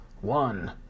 One